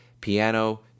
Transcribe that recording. piano